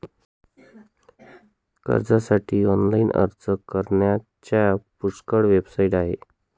कर्जासाठी ऑनलाइन अर्ज करण्याच्या पुष्कळ वेबसाइट आहेत